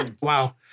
Wow